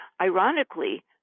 ironically